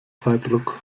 zeitdruck